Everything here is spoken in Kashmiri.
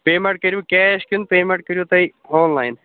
پیٚمٮ۪نٛٹ کٔرِو کیش کِنہٕ پیٚمٮ۪نٛٹ کٔرِو تُہۍ آن لایِن